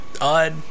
odd